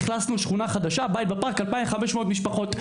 אכלסנו שכונה חדשה - 'בית ופארק' - 2500 משפחות.